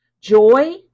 Joy